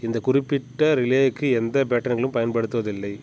இந்த குறிப்பிட்ட ரிலேக்கு எந்த பேட்டார்களும் பயன்படுத்தப்படுவதில்லை